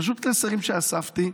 פשוט קלסרים שאספתי,